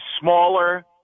smaller